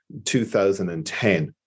2010